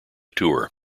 tour